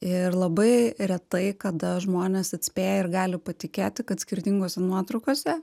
ir labai retai kada žmonės atspėja ir gali patikėti kad skirtingose nuotraukose